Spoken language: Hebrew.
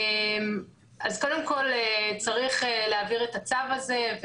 אז קודם כל צריך להבהיר את הצו הזה.